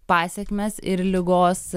pasekmes ir ligos